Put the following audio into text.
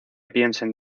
piensen